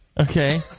Okay